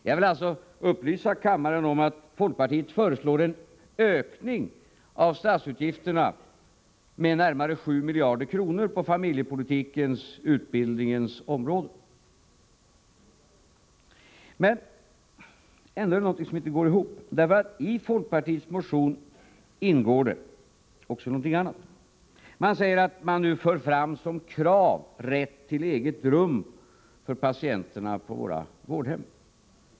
Jag vill upplysa kammaren om att folkpartiet föreslår en ökning av statsutgifterna med närmare 7 miljarder kronor på familjepolitikens och utbildningspolitikens områden. Men ändå är det någonting som inte går ihop. I folkpartiets motion ingår också något annat. Man säger att man nu för fram som ett krav rätt till eget rum för patienterna på våra vårdhem.